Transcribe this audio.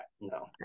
no